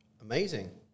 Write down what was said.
Amazing